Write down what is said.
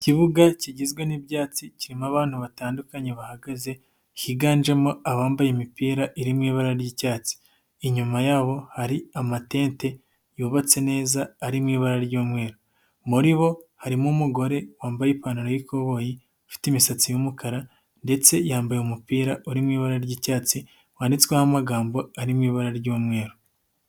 Ikibuga kigizwe n'ibyatsi kirimo abantu batandukanye bahagaze. Higanjemo abambaye imipira iri mu ibara ry'icyatsi. Inyuma yabo hari amatente yubatse neza ari mu ibara ry'umweru. Muri bo harimo umugore wambaye ipantaro y'ikoboyi ufite imisatsi y'umukara ndetse yambaye umupira uri mu ibara ry'icyatsi. Wanditsweho amagambo, ari mu ibara ry'umweru.